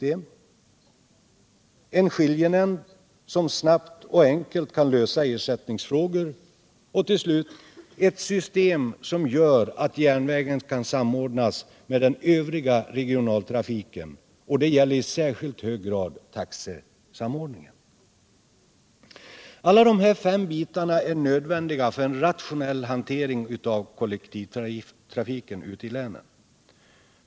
En skiljenämnd som snabbt och enkelt kan lösa ersättningsfrågor. 5. Ett system som gör att järnvägen kan samordnas med den övriga regionaltrafiken, och det gäller i särskilt hög grad taxesamordningen. Alla de här fem bitarna är nödvändiga för en rationell hantering av kollektivtrafiken ute i länen.